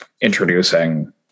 introducing